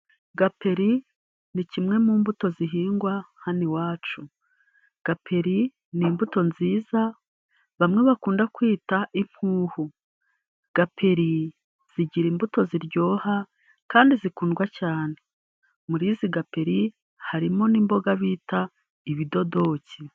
Gaperi ni kimwe mu mbuto zihingwa hano iwacu, gaperi ni imbuto nziza bamwe bakunda kwita impuhu, gaperi zigira imbuto ziryoha kandi zikundwa cyane, muri izi gaperi harimo n'imboga bita ibidodoki.